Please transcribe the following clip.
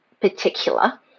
particular